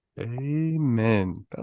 amen